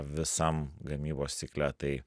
visam gamybos cikle tai